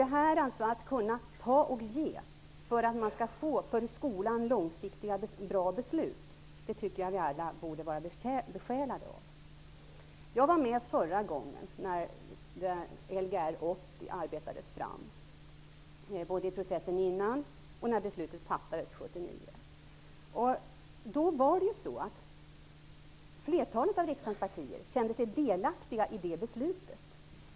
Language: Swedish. Att på så sätt kunna ge och ta för att vi skall få för skolan långsiktigt bra beslut, tycker jag att vi alla borde vara besjälade av. Jag var med förra gången, när Lgr 80 arbetades fram, både i processen innan och när beslutet fattades i riksdagen 1979. Då kände sig flertalet av riksdagens partier delaktiga i beslutet.